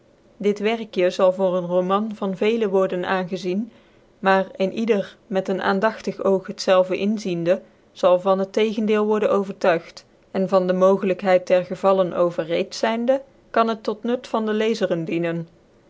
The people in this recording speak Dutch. dit werkje zal voor een roman van veele worden aangezien maar een ieder met een aandagtig oog hetzelve inziende zal van het tegendeel worden overtuigd en van de mogelijkheid der gevallen overreed zynde kan net tot nut van de lezeren dienen